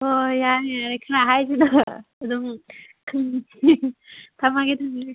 ꯑꯣ ꯌꯥꯔꯦ ꯈꯔ ꯍꯥꯏꯁꯤꯗ ꯑꯗꯨꯝ ꯊꯝꯃꯒꯦ ꯊꯝꯃꯒꯦ